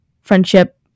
friendship